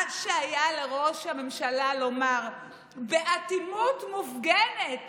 מה שהיה לראש הממשלה לומר באטימות מופגנת